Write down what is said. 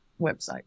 website